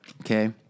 okay